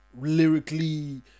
lyrically